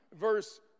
verse